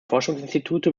forschungsinstitute